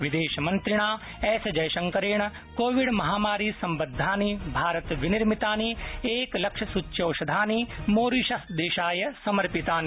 विदेशमन्त्रिणा एस जयशंकरेण कोविडमहामारीसम्बद्धानि भारतविनिर्मितानि एकलक्षस्च्यौषधानि मॉरिशसदेशाय समर्पितानि